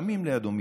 שמים לידו מטען,